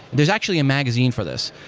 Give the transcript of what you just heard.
there's actually a magazine for this,